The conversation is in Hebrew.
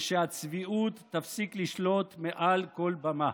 ושהצביעות תפסיק לשלוט מעל כל במה.